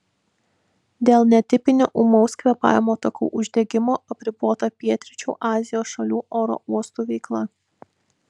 dėl netipinio ūmaus kvėpavimo takų uždegimo apribota pietryčių azijos šalių oro uostų veikla